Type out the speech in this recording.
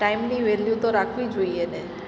ટાઈમની વેલ્યૂ તો રાખવી જોઈએ ને